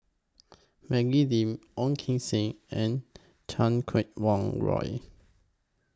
Maggie Lim Ong Kim Seng and Chan Kum Wah Roy